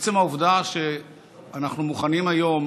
עצם העובדה שאנחנו מוכנים היום,